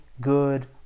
good